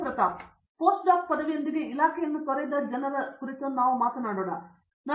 ಪ್ರತಾಪ್ ಹರಿಡೋಸ್ post degree ಪದವಿಯೊಂದಿಗೆ ಇಲಾಖೆಯನ್ನು ತೊರೆದ ಜನರನ್ನು ಕುರಿತು ನಾವು ಮಾತನಾಡಿದ ಜನರ ಬಗ್ಗೆ ಇದು ಬಹಳ ದೊಡ್ಡದು